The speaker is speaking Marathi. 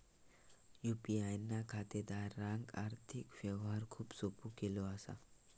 यू.पी.आय ना खातेदारांक आर्थिक व्यवहार खूप सोपो केलो असा